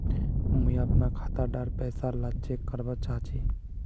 मुई अपना खाता डार पैसा ला चेक करवा चाहची?